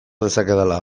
dezakedala